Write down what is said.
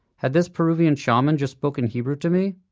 had this peruvian shaman just spoken hebrew to me?